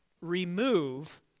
remove